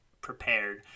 prepared